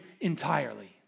entirely